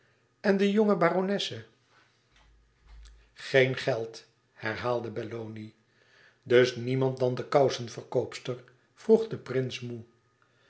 en de jonge baronesse geen geld herhaalde belloni dus niemand dan de kousenverkoopster vroeg de prins moê